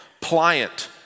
pliant